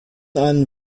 einen